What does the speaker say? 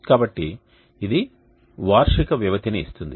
కాబట్టి ఇది వార్షిక వ్యవధిని ఇస్తుంది